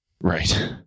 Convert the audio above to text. Right